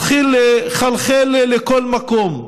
מתחיל לחלחל לכל מקום,